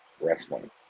wrestling